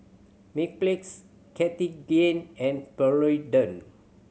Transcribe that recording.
Mepilex Cartigain and